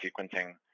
sequencing